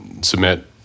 submit